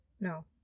No